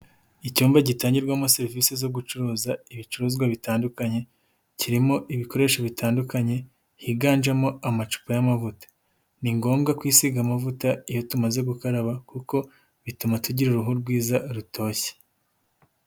Icyumba gitangirwamo serivisi zo gucuruza ibicuruzwa bitandukanye, kirimo ibikoresho bitandukanye, higanjemo amacupa y'amavuta. Ni ngombwa kwisiga amavuta iyo tumaze gukaraba kuko bituma tugira uruhu rwiza rutoshye.